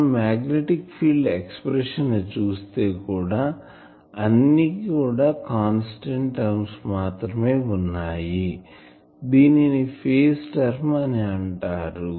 మనం magnetic field expression చూస్తే అన్ని కూడా కాన్స్టాంట్ టర్మ్స్మాత్రమే ఉన్నాయి దీనిని ఫేజ్ టర్మ్ అని అంటారు